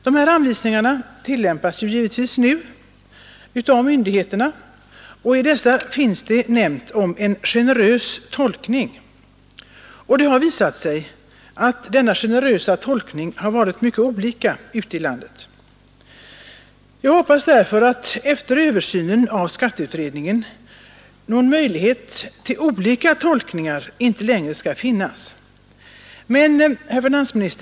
De anvisningarna tillämpas givetvis av myndigheterna, och det står i dem talat om en ”generös tolkning”. Det har emellertid visat sig att det ute i landet har varit mycket olika med denna generösa tolkning. Jag hoppas därför att det efter översynen av skatteutredningen inte längre skall finnas någon möjlighet att tolka anvisningarna olika.